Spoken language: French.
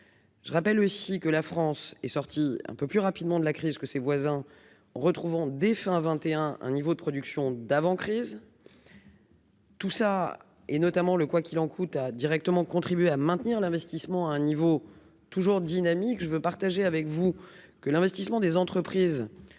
je rappelle aussi que la France est sortie un peu plus rapidement de la crise que ses voisins, retrouvons défunt 21, un niveau de production d'avant crise. Tout ça, et notamment le quoi qu'il en coûte, a directement contribué à maintenir l'investissement à un niveau toujours dynamique, je veux partager avec vous que l'investissement des entreprises,